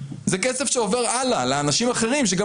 זה כסף שעובר הלאה לאנשים אחרים שגם